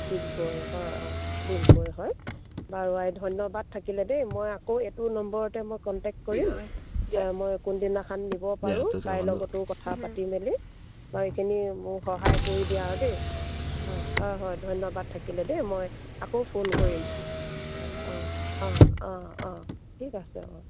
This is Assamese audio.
ডিগবৈ হয় অঁ ডিগবৈ হয় বাৰু আই ধন্যবাদ থাকিলে দেই মই আকৌ এইটো নম্বৰতে মই কনটেক্ট কৰিম মই কোনদিনাখন নিব পাৰোঁ তাইৰ লগতো কথা পাতি মেলি মই এইখিনি মোক সহায় কৰি দিয়া আৰু দেই হয় হয় হয় ধন্যবাদ থাকিলে দেই মই আকৌ ফোন কৰিম হয় অঁ অঁ অঁ অঁ ঠিক আছে অঁ